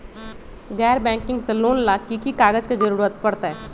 गैर बैंकिंग से लोन ला की की कागज के जरूरत पड़तै?